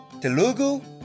Telugu